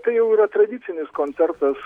tai jau yra tradicinis koncertas